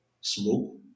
smoke